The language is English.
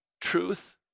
Truth